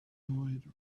avoid